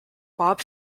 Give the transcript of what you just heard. bob